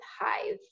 Hive